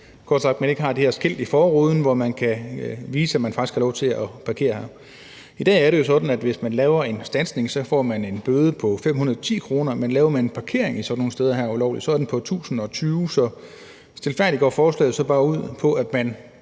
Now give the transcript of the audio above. det her skilt i forruden, hvormed man kan vise, at man faktisk har lov til at parkere der. I dag er det jo sådan, at hvis man laver en standsning, får man en bøde på 510 kr., men hvis man laver en ulovlig parkering sådan nogle steder, er bøden på 1.020 kr. Så i al stilfærdighed går forslaget bare ud på, at man